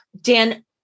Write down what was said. Dan